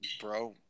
bro